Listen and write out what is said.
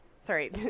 Sorry